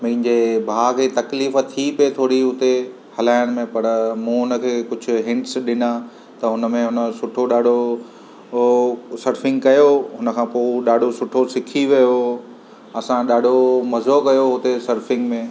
मुंहिंजे भाउ खे तकलीफ़ थी पई थोरी उते हलाइण में पर मूं उन खे कुझु हिंट्स ॾिना त उन में उन जो सुठो ॾाढो उहो सर्फिंग कयो उन खां पोइ ॾाढो सुठो सिखी वियो हुओ असां ॾाढो मज़ो कयो उते सर्फिंग में